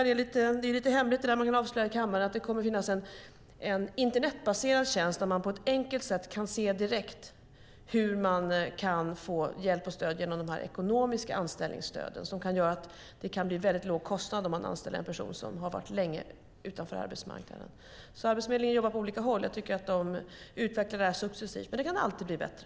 Det är lite hemligt, men jag kan avslöja här i kammaren att det kommer att finnas en internetbaserad tjänst där man på ett enkelt sätt kan se direkt hur man kan få hjälp och stöd genom de ekonomiska anställningsstöden. De gör att det kan bli väldigt låg kostnad om man anställer en person som har stått utanför arbetsmarknaden länge. Arbetsförmedlingen jobbar på olika håll, och jag tycker att de utvecklar detta successivt. Men det kan alltid bli bättre.